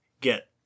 get